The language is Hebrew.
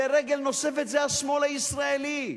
ורגל נוספת זה השמאל הישראלי.